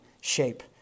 shape